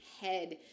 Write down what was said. head